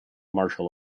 marshal